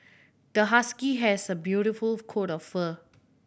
the husky has a beautiful coat of fur